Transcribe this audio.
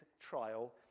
trial